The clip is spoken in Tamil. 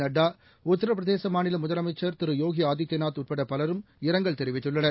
நட்டா உத்தரபிரதேச மாநில முதலமைச்சர் யோகி ஆதித்யநாத் உட்பட பலரும் இரங்கல் தெரிவித்துள்ளனர்